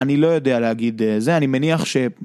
אני לא יודע להגיד זה, אני מניח ש...